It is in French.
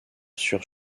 sur